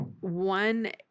one